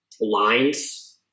lines